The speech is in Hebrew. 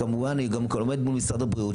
כמובן הוא גם עומד מול משרד הבריאות,